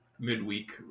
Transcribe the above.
Midweek